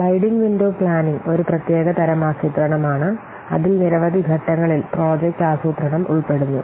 sliding window planning ഒരു പ്രത്യേക തരം ആസൂത്രണമാണ് അതിൽ നിരവധി ഘട്ടങ്ങളിൽ പ്രോജക്റ്റ് ആസൂത്രണം ഉൾപ്പെടുന്നു